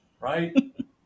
right